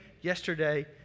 yesterday